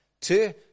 Two